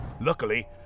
Luckily